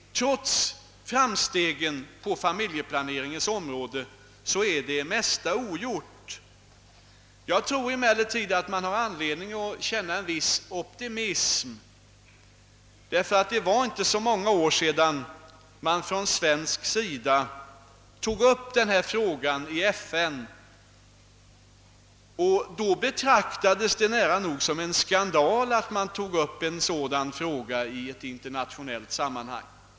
Trots framstegen på familjeplaneringens område är det mesta ännu ogjort. Jag tror emellertid att man har anledning att känna en viss optimism, om man betänker att det inte var så många år sedan man från svensk sida tog upp denna fråga i FN. Då betraktades det nära nog som en skandal att ta upp en sådan fråga i ett internationellt sammanhang.